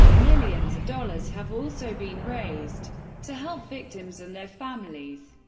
millions of dollars have also been raised to help victims and their families.